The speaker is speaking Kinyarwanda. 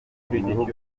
murugo